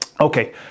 Okay